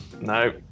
No